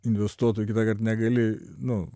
investuotojų kitąkart negali nu